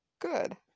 Good